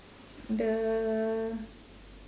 the